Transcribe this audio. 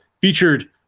featured